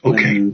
Okay